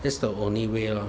that's the only way lor